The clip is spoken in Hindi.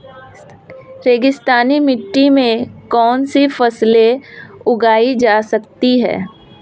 रेगिस्तानी मिट्टी में कौनसी फसलें उगाई जा सकती हैं?